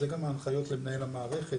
זה גם ההנחיות למנהל המערכת,